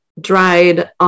dried